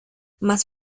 más